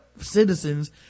citizens